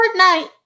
Fortnite